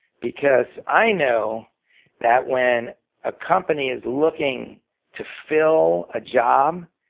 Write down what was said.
because i know that when a company is looking to fill a job,